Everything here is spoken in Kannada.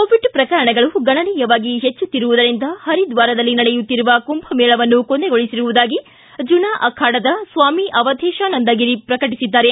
ಕೋವಿಡ್ ಪ್ರಕರಣಗಳು ಗಣನೀಯವಾಗಿ ಹೆಚ್ಚುತ್ತಿರುವುದರಿಂದ ಪರಿದ್ವಾರದಲ್ಲಿ ನಡೆಯುತ್ತಿರುವ ಕುಂಭ ಮೇಳವನ್ನು ಕೊನೆಗೊಳಿಸುವುದಾಗಿ ಜುನಾ ಅಖಾಡದ ಸ್ವಾಮಿ ಅವಧೇಶಾನಂದ ಗಿರಿ ಪ್ರಕಟಿಸಿದ್ದಾರೆ